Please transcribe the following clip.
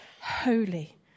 holy